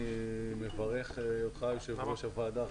אני מברך אותך יושב ראש הוועדה,